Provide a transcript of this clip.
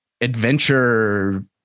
adventure